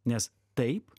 nes taip